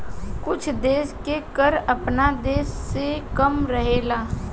कुछ देश के कर आपना देश से कम रहेला